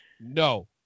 No